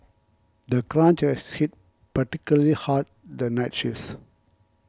the crunch has hit particularly hard the night shifts